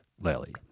Lily